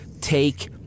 take